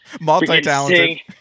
multi-talented